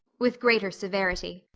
with greater severity,